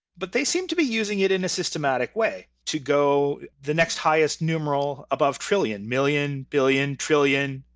but they seemed to be using it in a systematic way, to go the next highest numeral above trillion million, billion, trillion,